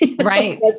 Right